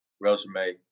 resume